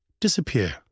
Disappear